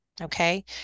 Okay